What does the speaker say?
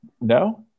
no